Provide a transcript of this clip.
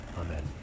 Amen